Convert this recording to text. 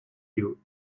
you